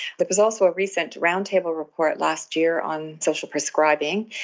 there was also a recent roundtable report last year on social prescribing,